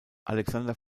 alexander